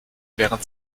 während